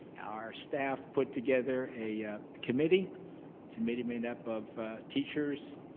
our staff put together a committee committee made up of teachers,